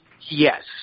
yes